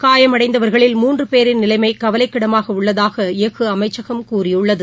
காயமடைந்தவர்களில் மூன்று பேரின் நிலைமை கவலைக்கிடமாக உள்ளதாக எஃகு அமைச்சகம் கூறியுள்ளது